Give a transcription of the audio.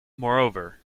moreover